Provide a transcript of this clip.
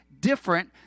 different